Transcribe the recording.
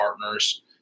partners